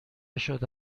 شده